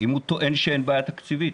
אם הוא טוען שאין בעיה תקציבית.